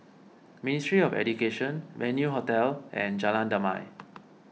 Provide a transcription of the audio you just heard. Ministry of Education Venue Hotel and Jalan Damai